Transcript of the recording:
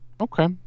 Okay